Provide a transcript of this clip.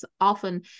often